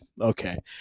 okay